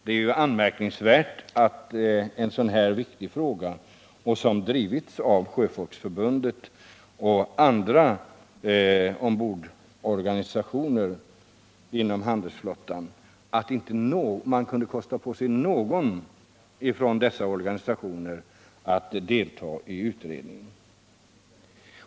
Det är anmärkningsvärt att man inte har kunnat kosta på sig att låta någon från Sjöfolksförbundet eller någon från de andra organisationer för de ombordanställda delta i utredningen av en så här viktig fråga.